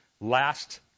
last